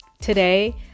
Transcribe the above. Today